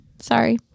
Sorry